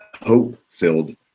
hope-filled